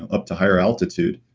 up to higher altitude.